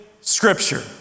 scripture